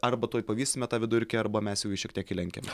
arba tuoj pavysime tą vidurkį arba mes jau jį šiek tiek ir lenkiame